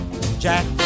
jack